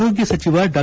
ಆರೋಗ್ತ ಸಚಿವ ಡಾ